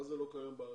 מה זה לא קיים בארץ?